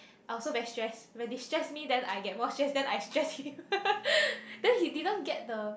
I also very stressed when they stress me then I get more stressed then I stress him then he didn't get the